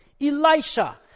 Elisha